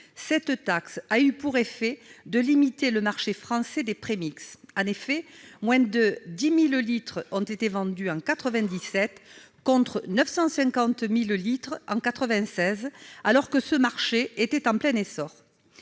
cette taxe a eu pour effet de limiter le marché français des premix : moins de 10 000 litres en ont été vendus en 1997, contre 950 000 litres en 1996, alors que ce marché était en plein essor.